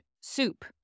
soup